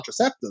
contraceptives